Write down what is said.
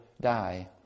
die